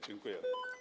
Dziękuję.